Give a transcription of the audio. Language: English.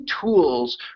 tools